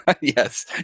Yes